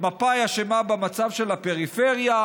מפא"י אשמה במצב של הפריפריה,